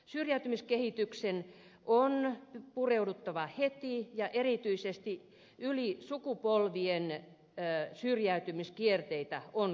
syrjäytymiskehitykseen on pureuduttava heti ja erityisesti yli sukupolvien ulottuvia syrjäytymiskierteitä on katkaistava